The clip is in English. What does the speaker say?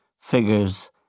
figures